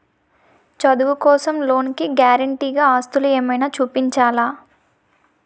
చదువు కోసం లోన్ కి గారంటే గా ఆస్తులు ఏమైనా చూపించాలా?